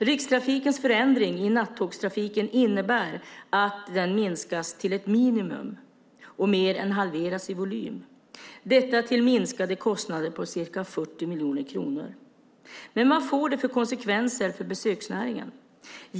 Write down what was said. Rikstrafikens förändring i nattågstrafiken innebär att den minskas till ett minimum och mer än halveras i volym - detta till minskade kostnader på ca 40 miljoner kronor. Men vad får det för konsekvenser för besöksnäringen?